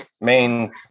main